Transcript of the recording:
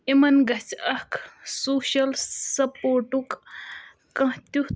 یِمَن گَژھِ اَکھ سوشَل سَپوٹُک کانٛہہ تٮُ۪تھ